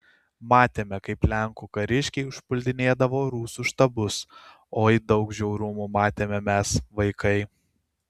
matėme kaip lenkų kariškiai užpuldinėdavo rusų štabus oi daug žiaurumų matėme mes vaikai